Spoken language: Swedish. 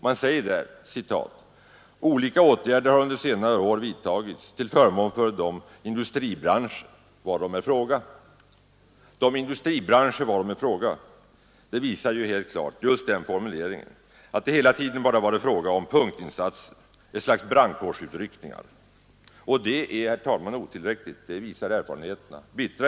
Man säger: ”Olika åtgärder har under senare år företagits till förmån för de industribranscher varom är fråga.” Formuleringen ”de industribranscher varom är fråga” visar ju helt klart att det hela tiden varit fråga om punktinsatser, ett slags brandkårsutryckningar, och bittra erfarenheter visar att detta inte är tillräckligt.